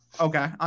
Okay